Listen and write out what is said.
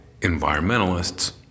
environmentalists